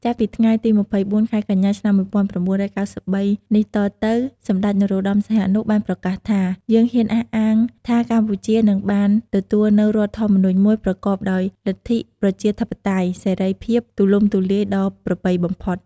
ចាប់ពីថ្ងៃទី២៤ ខែកញ្ញា ឆ្នាំ១៩៩៣ នេះតទៅ សម្តេច នរោត្តម សីហនុ បានប្រកាសថា យើងហ៊ានអះអាងថាកម្ពុជានឹងបានទទួលនូវរដ្ឋធម្មនុញ្ញមួយប្រកបដោយលទ្ធិប្រជាធិបតេយ្យ សេរីភាពទូលំទូលាយដ៏ប្រពៃបំផុត។